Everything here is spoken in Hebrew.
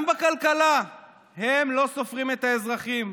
גם בכלכלה הם לא סופרים את האזרחים,